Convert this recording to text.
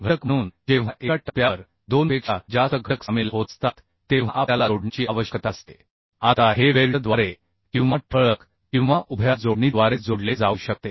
घटक म्हणून जेव्हा एका टप्प्यावर दोनपेक्षा जास्त घटक सामील होत असतात तेव्हा आपल्याला जोडणीची आवश्यकता असते आता हे वेल्डद्वारे किंवा ठळक किंवा उभ्या जोडणीद्वारे जोडले जाऊ शकते